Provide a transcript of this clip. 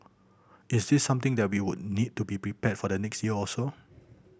is this something that we would need to be prepared for the next year or so